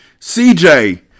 CJ